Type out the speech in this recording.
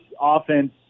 offense